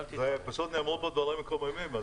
פשוט נאמרו פה דברים מקוממים.